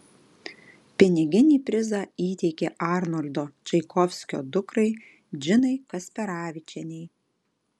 piniginį prizą įteikė arnoldo čaikovskio dukrai džinai kasperavičienei